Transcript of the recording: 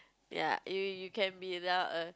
ya you you you can be there err